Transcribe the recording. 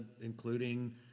including